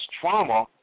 trauma